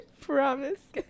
promise